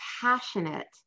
passionate